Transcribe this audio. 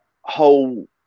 whole